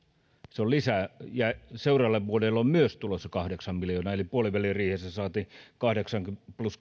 se on lisää ja seuraavalle vuodelle on myös tulossa kahdeksan miljoonaa eli puoliväliriihessä saatiin lisärahoitusta kahdeksan plus